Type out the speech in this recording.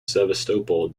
sevastopol